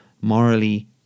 morally